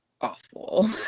awful